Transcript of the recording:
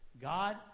God